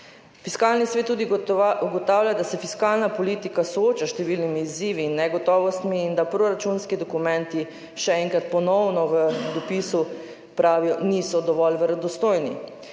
Fiskalni svet tudi ugotavlja, da se fiskalna politika sooča s številnimi izzivi in negotovostmi in da proračunski dokumenti, še enkrat, ponovno v dopisu, pravijo, niso dovolj verodostojni.